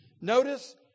Notice